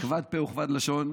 חיים ביטון (ש"ס): כבד פה וכבד לשון.